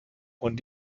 und